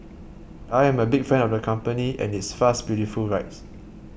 I am a big fan of the company and its fast beautiful rides